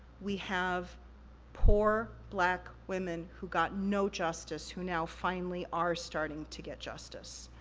we have poor black women who got no justice, who now finally are starting to get justice.